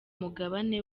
mugabane